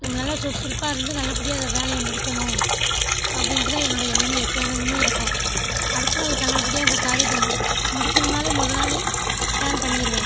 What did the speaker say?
நம்ம நல்ல சுறுசுறுப்பாக இருந்து நல்லபடியாக அந்த வேலையை முடிக்கணும் அப்படின்ட்டு தான் என்னோடைய எண்ணமே எப்பொழுதுமே இருக்கும் அடுத்த நாள் நல்லபடியாக அந்த காரியத்தை முடித்தா முடிக்கணும்னால் மொதல் நாள் ப்ளான் பண்ணிடுவேன்